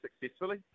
successfully